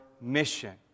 mission